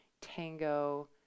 tango